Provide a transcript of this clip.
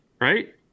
right